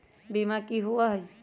बीमा की होअ हई?